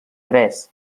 tres